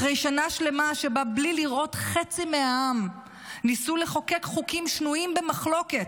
אחרי שנה שלמה שבה בלי לראות חצי מהעם ניסו לחוקק חוקים שנויים במחלוקת,